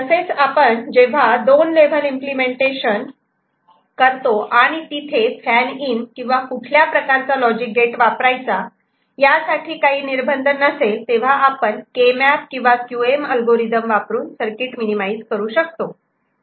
तसेच आपण जेव्हा 2 लेवल इम्पलेमेंटेशन करतो आणि तिथे फॅन इन किंवा कुठल्या प्रकारचा लॉजिक गेट वापरायचा यासाठी काही निर्बंध नसेल तेव्हा आपण के मॅप किंवा QM अल्गोरिदम वापरून सर्किट मिनिमाईज करू शकतो